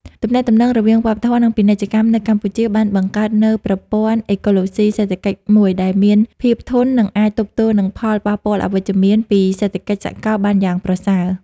ទំនាក់ទំនងរវាងវប្បធម៌ និងពាណិជ្ជកម្មនៅកម្ពុជា បានបង្កើតនូវប្រព័ន្ធអេកូឡូស៊ីសេដ្ឋកិច្ចមួយដែលមានភាពធន់ និងអាចទប់ទល់នឹងផលប៉ះពាល់អវិជ្ជមានពីសេដ្ឋកិច្ចសកលបានយ៉ាងប្រសើរ។